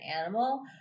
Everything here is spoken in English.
animal